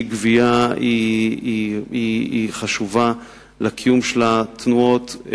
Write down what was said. וגבייה כלשהי חשובה לקיום של התנועות.